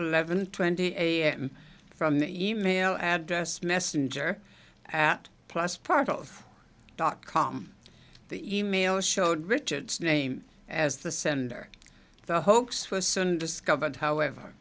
eleven twenty am from the e mail address messenger at plus part of dot com the e mail showed richard's name as the sender the hoax was soon discovered however